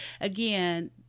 Again